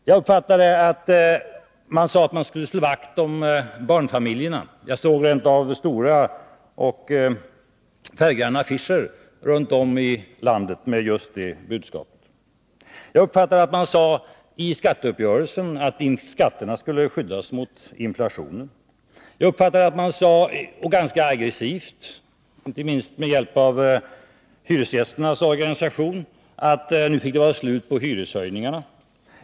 Jag uppfattade att man skulle slå vakt om barnfamiljerna. Jag såg rent av stora och färggranna affischer runt om i landet med det budskapet. Jag uppfattade att man i skatteuppgörelsen sade att skattebetalarna skulle skyddas mot inflationen. Jag uppfattade att man ganska aggressivt sade, inte minst med hjälp av hyresgästorganisationen, att det nu fick vara slut på hyreshöjningarna.